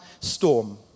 storm